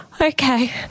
Okay